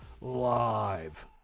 Live